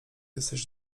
jesteś